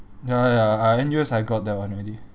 ya ya ya I N_U_S I got that one already